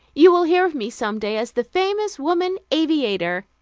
you will hear of me some day as the famous woman aviator.